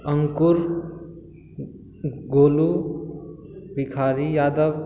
Ankur Golu Bhikhari Yadav